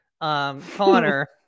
Connor